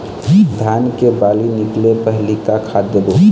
धान के बाली निकले पहली का खाद देबो?